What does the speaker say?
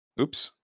Oops